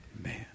man